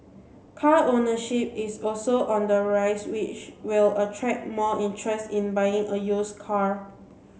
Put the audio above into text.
car ownership is also on the rise which will attract more interest in buying a used car